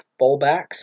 fullbacks